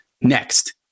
next